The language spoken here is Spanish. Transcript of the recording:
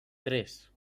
tres